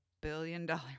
Billion-dollar